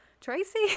Tracy